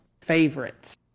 favorites